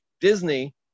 Disney